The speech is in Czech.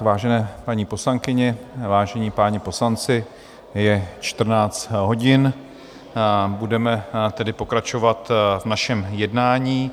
Vážené paní poslankyně, vážení páni poslanci, je 14 hodin, budeme tedy pokračovat v našem jednání.